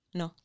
no